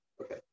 Okay